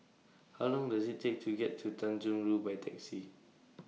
How Long Does IT Take to get to Tanjong Rhu By Taxi